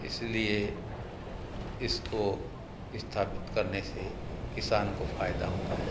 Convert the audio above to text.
इसी लिए इसको स्थापित करने से किसान को फ़ायदा होता है